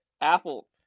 Apple